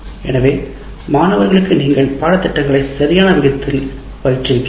எனவே நீங்கள்மாணவர்களுக்கு பாடத்திட்டங்களை சரியான விதத்தில் பயிற்றுவிக்க வேண்டும்